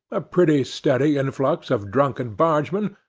a pretty steady influx of drunken bargemen,